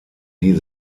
die